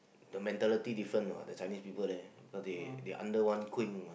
the mentality different you know the Chinese people there they they are under one queen